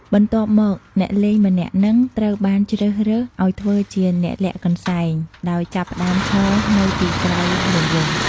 បន្ទាប់មក អ្នកលេងម្នាក់នឹងត្រូវបានជ្រើសរើសឱ្យធ្វើជា អ្នកលាក់កន្សែង ដោយចាប់ផ្តើមឈរនៅពីក្រៅរង្វង់។